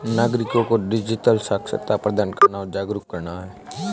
नागरिको को डिजिटल साक्षरता प्रदान करना और जागरूक करना